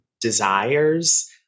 desires